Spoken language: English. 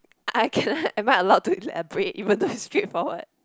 I can am I allowed to elaborate even though is straightforward